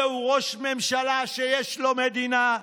זהו ראש ממשלה שיש לו מדינה,